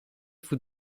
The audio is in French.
vous